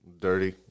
Dirty